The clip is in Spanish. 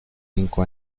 cinco